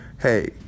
hey